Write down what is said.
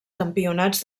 campionats